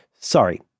sorry